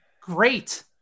great